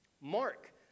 Mark